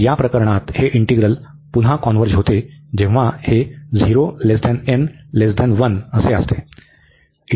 तर या प्रकरणात हे इंटीग्रल पुन्हा कॉन्व्हर्ज होते जेव्हा हे असते